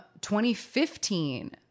2015